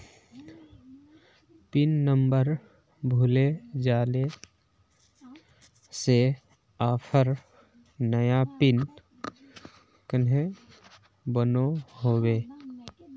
Pin number भूले जाले से ऑफर नया पिन कन्हे बनो होबे?